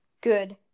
Good